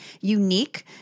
unique